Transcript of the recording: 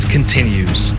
Continues